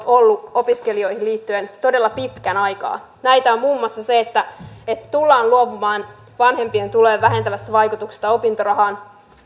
ollut opiskelijoihin liittyen todella pitkän aikaa näitä on muun muassa se että että tullaan luopumaan vanhempien tulojen vähentävästä vaikutuksesta opintorahaan